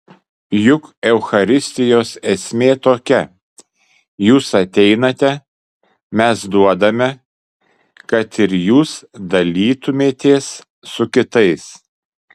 juk eucharistijos esmė tokia jūs ateinate mes duodame kad ir jūs dalytumėtės su kitais